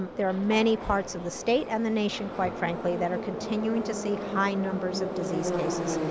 um there are many parts of the state and the nation, quite frankly, that are continuing to see high numbers of disease cases.